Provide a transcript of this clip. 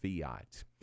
Fiat